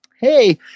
Hey